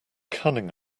cunning